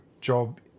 job